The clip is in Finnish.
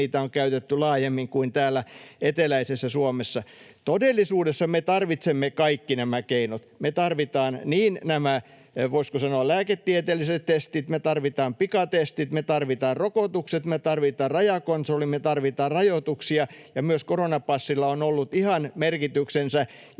niitä on käytetty laajemmin kuin täällä eteläisessä Suomessa. Todellisuudessa me tarvitsemme kaikki nämä keinot. Me tarvitaan nämä, voisiko sanoa, lääketieteelliset testit, me tarvitaan pikatestit, me tarvitaan rokotukset, me tarvitaan rajakontrolli, me tarvitaan rajoituksia, ja myös koronapassilla on ollut ihan merkityksensä,